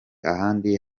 ahandi